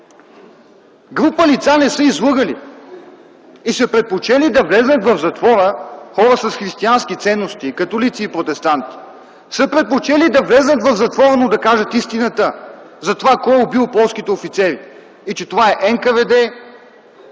Група лица не са излъгали и са предпочели да влязат в затвора. Хора с християнски ценности, католици и протестанти са предпочели да влязат в затвора, но да кажат истината за това кой е убил полските офицери и че това е НКВД